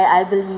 I believe